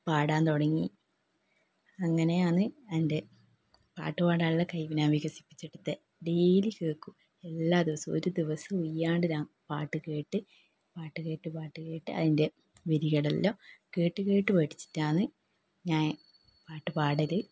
പാടാൻ തുടങ്ങി അങ്ങനെയാണ് എൻ്റെ പാട്ട് പാടാനുള്ള കഴിവ് ഞാൻ വികസിപ്പിച്ചെടുത്തത് ഡെയിലി കേൾക്കും എല്ലാ ദിവസവും ഒരു ദിവസം ഈ പാട്ട് കേട്ട് പാട്ട് കേട്ട് പാട്ട് കേട്ട് അതിൻ്റെ വരികളെല്ലാം കേട്ട് കേട്ട് പഠിച്ചിട്ടാണ് ഞാൻ പാട്ട് പാടൽ